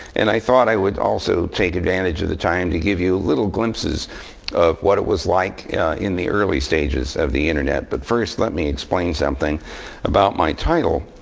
and i thought i would also take advantage of the time to give you little glimpses of what it was like in the early stages of the internet. but first let me explain something about my title.